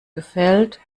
gefällt